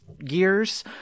years